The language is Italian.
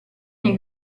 nei